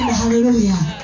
hallelujah